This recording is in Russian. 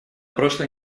прошлой